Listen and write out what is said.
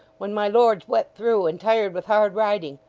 when my lord's wet through, and tired with hard riding?